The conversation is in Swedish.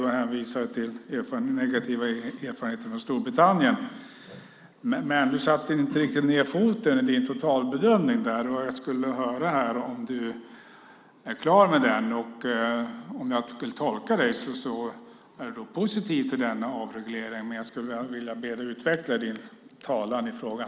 Han hänvisade till negativa erfarenheter från Storbritannien. Men du satte inte riktigt ned foten i din totalbedömning. Jag skulle vilja höra om du är klar med den. Jag tolkar dig som att du är positiv till avregleringen, men jag skulle vilja be dig utveckla din talan i frågan.